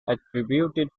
attributed